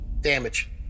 Damage